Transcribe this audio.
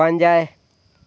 ᱯᱟᱸᱡᱟᱭ